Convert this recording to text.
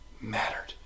mattered